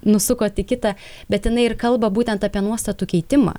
nusukot į kitą bet jinai ir kalba būtent apie nuostatų keitimą